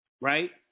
Right